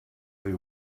they